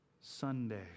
Sunday